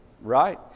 right